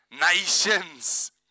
Nations